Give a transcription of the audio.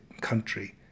country